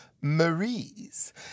Marie's